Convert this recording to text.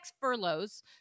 furloughs